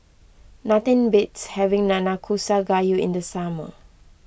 nothing beats having Nanakusa Gayu in the summer